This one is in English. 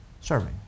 Serving